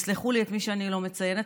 יסלחו לי מי שאני לא מציינת,